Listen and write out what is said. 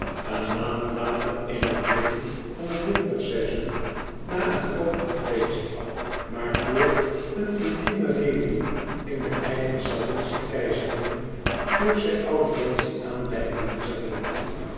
een maand later in het midden van het winterseizoen nà een groot hoffeest maar vr een intimere réunie in de eigen salons der keizerin vroeg zij audientie aan bij elizabeth